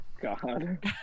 God